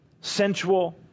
Sensual